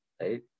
right